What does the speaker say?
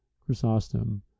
Chrysostom